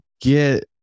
get